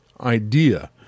idea